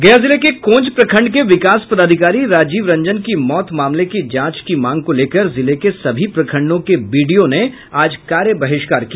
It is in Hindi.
गया जिले के कोंच प्रखंड के विकास पदाधिकारी राजीव रंजन की मौत मामले की जांच की मांग को लेकर जिले के सभी प्रखंडों के बीडीओ ने आज कार्य बहिष्कार किया